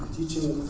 teaching